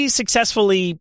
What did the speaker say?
successfully